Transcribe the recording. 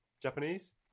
Japanese